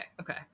okay